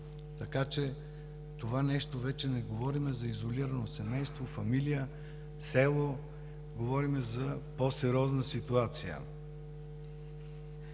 Така че за това нещо вече не говорим за изолирано семейство, фамилия, село, а говорим за по-сериозна ситуация.